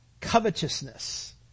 Covetousness